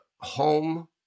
home